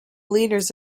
leaders